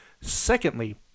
Secondly